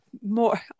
more